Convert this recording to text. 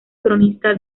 cronista